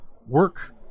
work